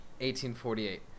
1848